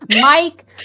Mike